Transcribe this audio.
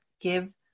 give